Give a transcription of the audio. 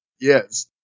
Yes